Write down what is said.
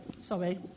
Sorry